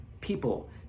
people